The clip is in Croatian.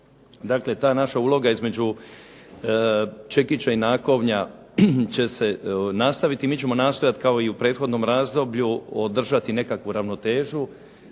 Dakle, ta naša uloga između čekića i nakovnja će se nastaviti i mi ćemo nastojat kao i u prethodnom razdoblju održati nekakvu ravnotežu